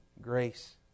grace